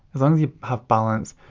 as long as you have balance,